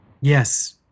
Yes